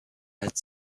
hat